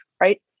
right